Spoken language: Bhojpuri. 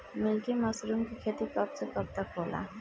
मिल्की मशरुम के खेती कब से कब तक होला?